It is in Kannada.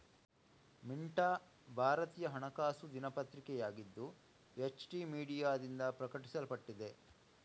ಮಿಂಟಾ ಭಾರತೀಯ ಹಣಕಾಸು ದಿನಪತ್ರಿಕೆಯಾಗಿದ್ದು, ಎಚ್.ಟಿ ಮೀಡಿಯಾದಿಂದ ಪ್ರಕಟಿಸಲ್ಪಟ್ಟಿದೆ